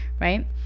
right